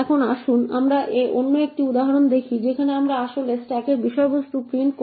এখন আসুন আমরা অন্য একটি উদাহরণ দেখি যেখানে আমরা আসলে স্ট্যাকের বিষয়বস্তু প্রিন্ট করি